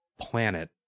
planet